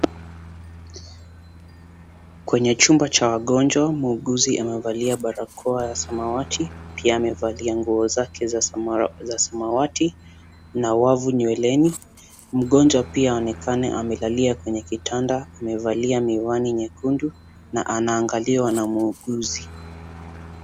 Kwenye chumba cha wagonjwa muuguzi amevalia barakoa ya samawati pia amevalia nguo zake za samawati na wavu nyweleni. Mgonjwa pia aonekane amelalia kwenye kitanda amevalia miwani nyekundu na anaangaliwa na muuguzi.